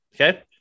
Okay